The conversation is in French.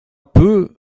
peu